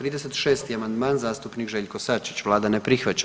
36. amandman zastupnik Željko Sačić, Vlada ne prihvaća.